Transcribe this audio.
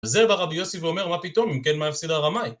וזה בא רבי יוסי ואומר מה פתאום, אם כן מה הפסיד הרמאי.